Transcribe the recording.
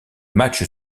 matchs